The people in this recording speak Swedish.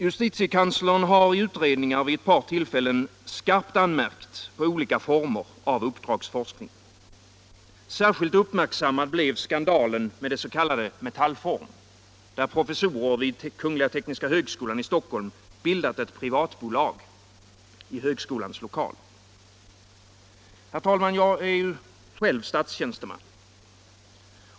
Justitiekanslern har i utredningar vid ett par tillfällen skarpt anmärkt på olika former av uppdragsforskning. Särskilt uppmärksammad blev skandalen med det s.k. Metallform, där professorer vid Tekniska högskolan i Stockholm bildat ett privatbolag i högskolans lokaler. Herr talman! Jag är ju själv statstjänsteman.